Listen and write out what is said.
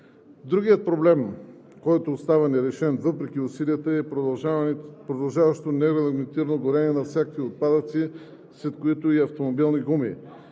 Другият проблем, който остава нерешен въпреки усилията, е продължаващото нерегламентирано горене на всякакви отпадъци, сред които и автомобилни гуми.